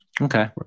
Okay